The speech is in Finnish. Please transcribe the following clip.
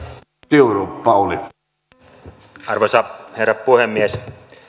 arvoisa herra puhemies